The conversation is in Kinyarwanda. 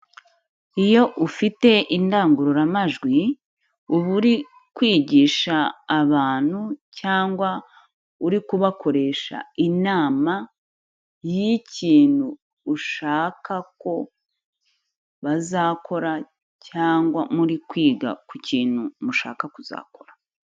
Iyo ufite indangururamajwi, uba uri kwigisha abantu, cyangwa uri kubakoresha inama y'ikintu ushaka ko bazakora cyangwa muri kwiga ku kintu mushaka kuzakora.